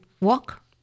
walk